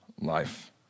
life